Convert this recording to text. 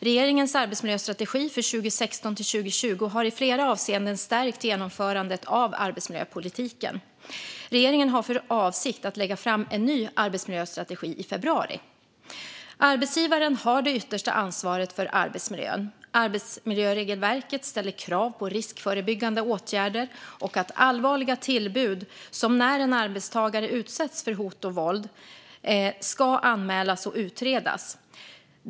Regeringens arbetsmiljöstrategi för 2016-2020 har i flera avseenden stärkt genomförandet av arbetsmiljöpolitiken. Regeringen har för avsikt att lägga fram en ny arbetsmiljöstrategi i februari. Arbetsgivaren har det yttersta ansvaret för arbetsmiljön. Arbetsmiljöregelverket ställer krav på riskförebyggande åtgärder och på att allvarliga tillbud, som när en arbetstagare utsätts för hot eller våld, ska anmälas och utredas.